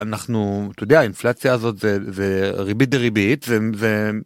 אנחנו, אתה יודע האינפלציה הזאת זה ריבית דריבית זה.